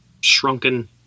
shrunken